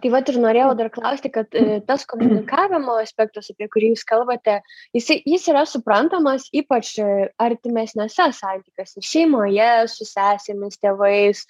tai vat ir norėjau dar klausti kad tas komunikavimo aspektas apie kurį jūs kalbate jisai jis yra suprantamas ypač artimesniuose santykiuose šeimoje su sesėmis tėvais